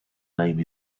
name